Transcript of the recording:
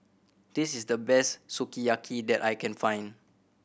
this is the best Sukiyaki that I can find